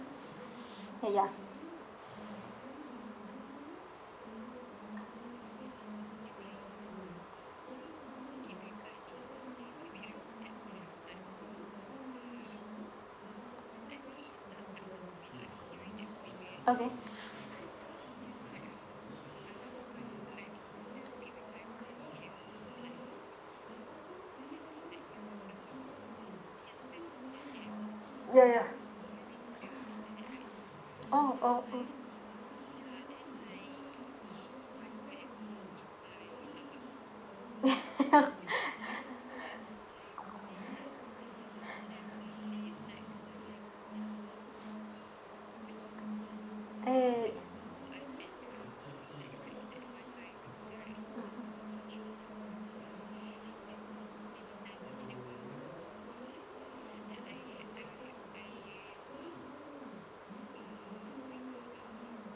uh ya okay ya ya oh oh oh eh